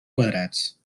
quadrats